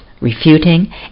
refuting